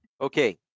okay